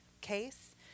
case